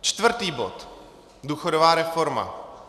Čtvrtý bod, důchodová reforma.